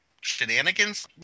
shenanigans